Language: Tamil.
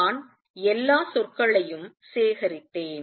நான் எல்லா சொற்களையும் சேகரித்தேன்